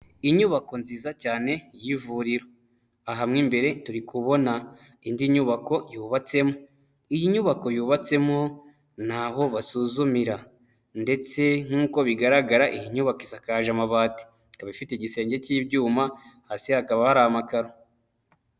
Inyubako nziza cyane y'ivuriro, aha mo imbere turi kubona indi nyubako yubatsemo, iyi nyubako yubatsemo ni aho basuzumira ndetse nk'uko bigaragara iyi nyubako isakaje amabati, ikaba ifite igisenge cy'ibyuma hasi hakaba hari amakara.